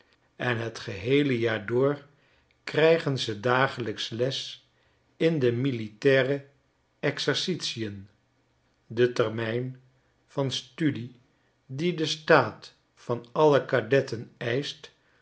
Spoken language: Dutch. en het geheele jaar door krijgen ze dagelijkslesindemilitaire exercitien de termijn van studie dien de staat van alle cadetten eischt